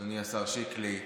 אדוני השר שיקלי,